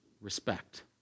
respect